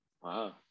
Wow